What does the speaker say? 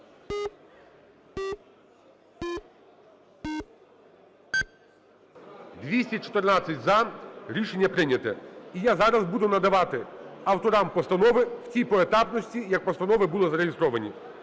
За-214 Рішення прийнято. І я зараз буду надавати авторам постанови в тій поетапності, як постанови були зареєстровані.